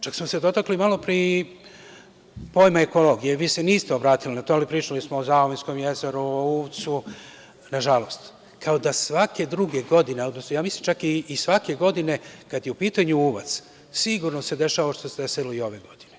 Čak smo se dotakli malo pre i pojma ekologije, vi niste obratili na to, ali pričali smo o Zaovinskom jezeru, o Uvcu, nažalost, kao da svake druge godine, odnosno ja mislim čak i svake godine, kada je u pitanju Uvac, sigurno se dešava što se desilo i ove godine.